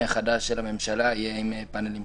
חדש של הממשלה יהיה עם פאנלים סולאריים.